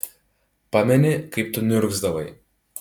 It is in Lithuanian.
pameni kaip tu niurgzdavai